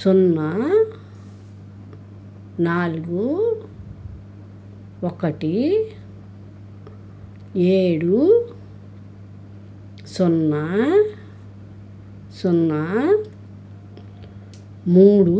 సున్నా నాలుగు ఒకటి ఏడు సున్నా సున్నా మూడు